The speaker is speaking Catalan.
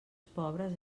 pobres